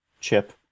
Chip